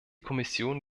kommission